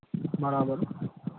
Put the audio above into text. બરાબર